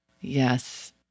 Yes